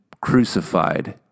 crucified